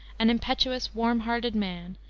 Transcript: an impetuous, warm-hearted man,